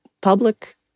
public